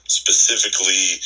specifically